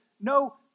no